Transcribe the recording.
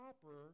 proper